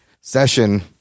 session